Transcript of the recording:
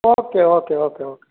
okay okay okay okay